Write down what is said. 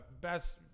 best